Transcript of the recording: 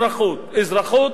אזרחות,